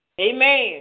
Amen